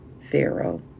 Pharaoh